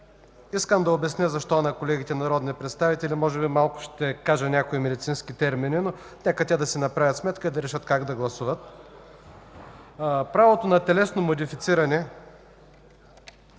искам да обясня на колегите народни представители защо. Ще кажа и някои медицински термини, и нека те да си направят сметка, и решат как да гласуват. Правото на телесно модифициране